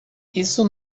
isso